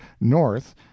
north